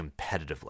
competitively